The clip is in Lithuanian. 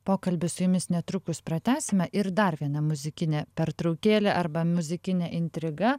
pokalbį su jumis netrukus pratęsime ir dar viena muzikinė pertraukėlė arba muzikinė intriga